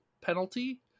penalty